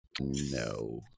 No